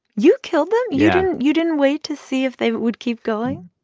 you killed them? yeah you didn't wait to see if they would keep going?